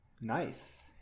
Nice